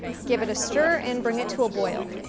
give it a stir, and bring it to a boil.